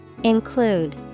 Include